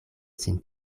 sin